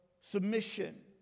submission